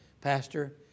Pastor